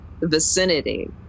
vicinity